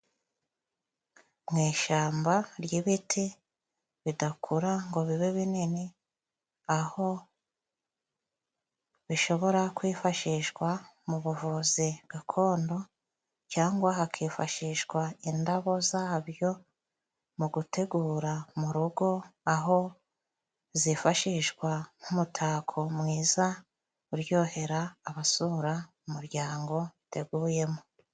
Mu ishamba ry'ibiti bidakura ngo bibe binini, aho bishobora kwifashishwa mu buvuzi gakondo cyangwa hakifashishwa indabo zabyo mu gutegura mu rugo, aho zifashishwa nk'umutako mwiza uryohera abasura umuryango teguyemo.